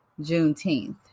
Juneteenth